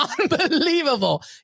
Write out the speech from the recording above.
unbelievable